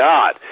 God